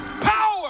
Power